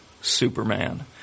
Superman